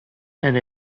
and